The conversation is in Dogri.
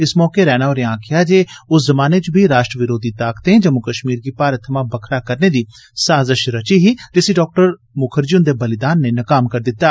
इस मौके रैणा होरें आक्खेआ जे उस जमाने च बी राष्ट्र विरोधी ताकतें जम्मू कश्मीर गी भारत थमां बक्खरा करने दी साजश रची ही जिसी डॉ मुखर्जी हुन्दे बलिदान नै नकाम करी दित्ता